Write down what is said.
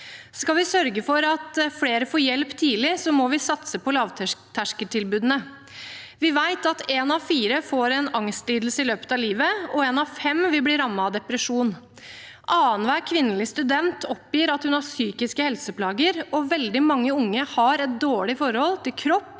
Skal vi sørge for at flere får hjelp tidlig, må vi satse på lavterskeltilbudene. Vi vet at en av fire får en angstlidelse i løpet av livet, og en av fem vil bli rammet av depresjon. Annenhver kvinnelig student oppgir at hun har psykiske helseplager, og veldig mange unge har et dårlig forhold til kropp